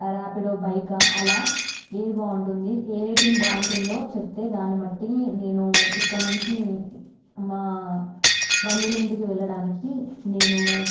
Rapido bike అలా ఏది బాగుంటుంది ఏ రేటింగ్ బాగుంటుందో చెప్తే దాన్ని బట్టి నేను ఇక్కడి నుంచి మా బంధువులు ఇంటికి వెళ్ళడానికి నేను